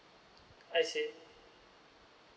I see